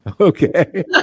Okay